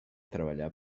treballar